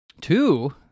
Two